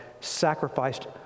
sacrificed